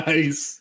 Nice